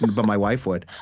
but my wife would